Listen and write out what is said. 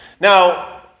Now